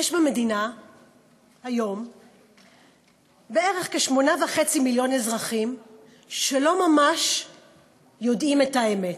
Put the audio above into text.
יש במדינה היום כ-8.5 מיליון אזרחים שלא ממש יודעים את האמת.